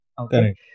Okay